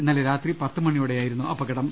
ഇന്നലെ രാത്രി പത്ത് മണിയോടെയായിരുന്നു അപകടം